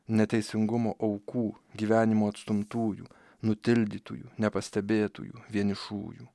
neteisingumo aukų gyvenimo atstumtųjų nutildytųjų nepastebėtųjų vienišųjų